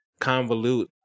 convolute